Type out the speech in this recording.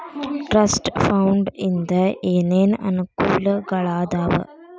trust fund ಇಂದ ಏನೇನ್ ಅನುಕೂಲಗಳಾದವ